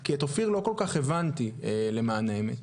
כי את אופיר לא כל כך הבנתי למען האמת.